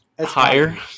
Higher